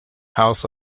house